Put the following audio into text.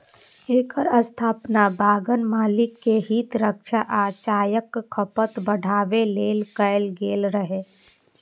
एकर स्थापना बगान मालिक के हित रक्षा आ चायक खपत बढ़ाबै लेल कैल गेल रहै